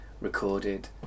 recorded